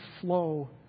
flow